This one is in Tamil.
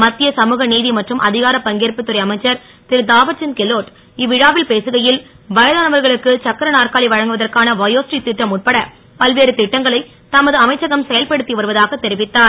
மத் ய சமூகநீ மற்றும் அ கார பங்கேற்புத்துறை அமைச்சர் ருதாவர்சந்த் கெலோட் இ விழாவில் பேசுகை ல் வயதானவர்களுக்கு சக்கர நாற்காலி வழங்குவதற்கான வயோஸ்ரீ ட்டம் உட்பட பல்வேறு ட்டங்களை தமது அமைச்சகம் செயல்படுத் வருவதாகத் தெரிவித்தார்